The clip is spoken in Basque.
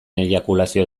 eiakulazio